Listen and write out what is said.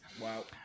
wow